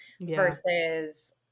versus